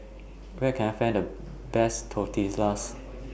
Where Can I Find The Best Tortillas